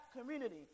community